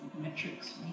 metrics